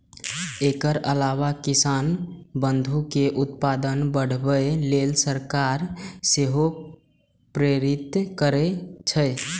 एकर अलावा किसान बंधु कें उत्पादन बढ़ाबै लेल सरकार सेहो प्रेरित करै छै